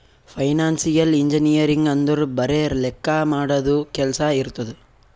financial engineering ಅಂದುರ್ ಬರೆ ಲೆಕ್ಕಾ ಮಾಡದು ಕೆಲ್ಸಾ ಇರ್ತುದ್